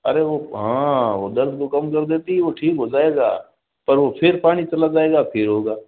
अरे वो हाँ वो दर्द को कम कर देती है वो ठीक हो जाएगा पर वो फिर पानी चला जाएगा फिर होगा